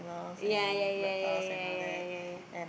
ya ya ya ya ya ya ya ya